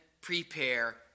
prepare